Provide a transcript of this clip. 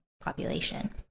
population